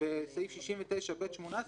שבסעיף 69ב18,